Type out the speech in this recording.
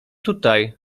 tutaj